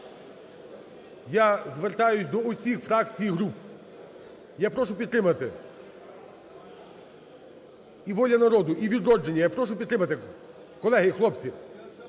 Я звертаюсь до всіх фракцій і груп: я прошу підтримати! І "Воля народу", і "Відродження", я прошу підтримати. Колеги! Хлопці!